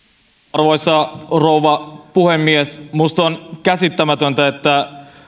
arvoisa rouva puhemies minusta on käsittämätöntä että